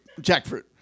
jackfruit